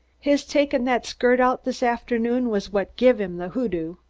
his takin' that skirt out this afternoon was what give him the hoodoo.